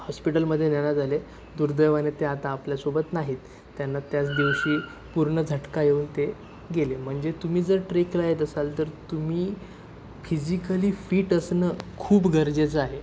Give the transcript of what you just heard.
हॉस्पिटलमध्ये नेण्यात आले दुर्दैवाने ते आता आपल्यासोबत नाहीत त्यांना त्याच दिवशी पूर्ण झटका येऊन ते गेले म्हणजे तुम्ही जर ट्रेकला येत असाल तर तुम्ही फिजिकली फिट असणं खूप गरजेचं आहे